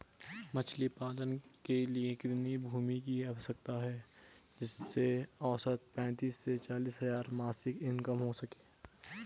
मछली पालन के लिए कितनी भूमि की आवश्यकता है जिससे औसतन पैंतीस से चालीस हज़ार मासिक इनकम हो सके?